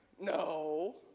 No